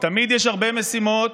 תמיד יש הרבה משימות,